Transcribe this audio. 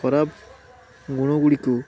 ଖରାପ ଗୁଣ ଗୁଡ଼ିକୁ